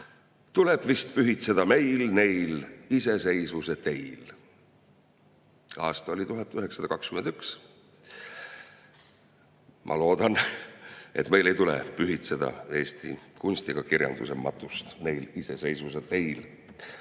tuleb vist pühitseda meil neil iseseisvuse teil." Aasta oli 1921. Ma loodan, et meil ei tule pühitseda eesti kunsti ega kirjanduse matust neil iseseisvuse teil.